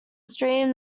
stream